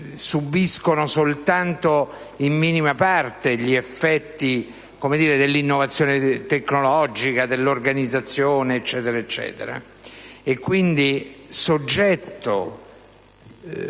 subiscono soltanto in minima parte gli effetti dell'innovazione tecnologica, dell'organizzazione, eccetera (e quindi soggetto